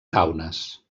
kaunas